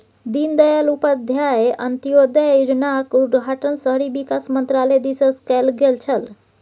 दीनदयाल उपाध्याय अंत्योदय योजनाक उद्घाटन शहरी विकास मन्त्रालय दिससँ कैल गेल छल